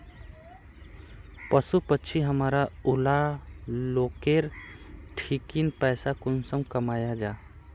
पशु पक्षी हमरा ऊला लोकेर ठिकिन पैसा कुंसम कमाया जा?